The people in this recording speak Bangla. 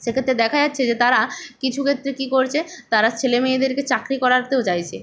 সেক্ষেত্রে দেখা যাচ্ছে যে তারা কিছু ক্ষেত্রে কী করছে তারা ছেলে মেয়েদেরকে চাকরি করাতেও চাইছে